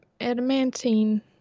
adamantine